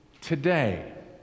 today